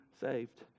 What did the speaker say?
saved